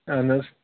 اہن حظ